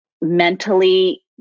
mentally